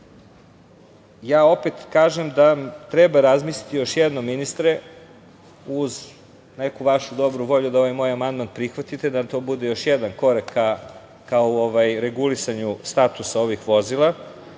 vozila. Opet kažem da treba razmisliti još jednom ministre, uz neku vašu dobru volju da ovaj moj amandman prihvatite, da vam to bude još jedan korak ka regulisanju statusa ovih vozila.